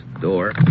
door